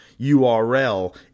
URL